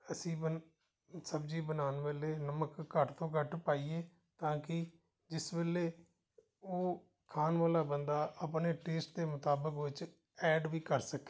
ਅਸੀਂ ਬਣ ਸਬਜ਼ੀ ਬਣਾਉਣ ਵੇਲੇ ਨਮਕ ਘੱਟ ਤੋਂ ਘੱਟ ਪਾਈਏ ਤਾਂ ਕਿ ਜਿਸ ਵੇਲੇ ਉਹ ਖਾਣ ਵਾਲਾ ਬੰਦਾ ਆਪਣੇ ਟੇਸਟ ਦੇ ਮੁਤਾਬਕ ਵਿੱਚ ਐਡ ਵੀ ਕਰ ਸਕੇ